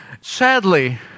Sadly